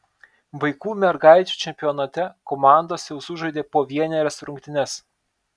vaikų mergaičių čempionate komandos jau sužaidė po vienerias rungtynes